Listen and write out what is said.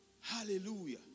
Hallelujah